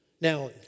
Now